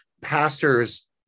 pastors